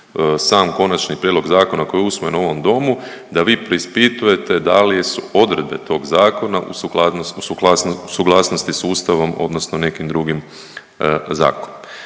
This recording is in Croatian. sam konačni prijedlog zakona koji je usvojen u ovom domu, da vi preispitujete da li su odredbe tog zakona u suglasnosti s Ustavom odnosno s nekim drugim zakonom.